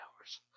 hours